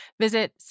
Visit